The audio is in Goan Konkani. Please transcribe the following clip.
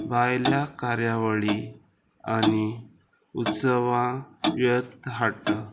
भायल्या कार्यावळी आनी उत्सवा व्यर्थ हाडटा